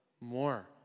more